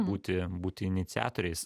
būti būti iniciatoriais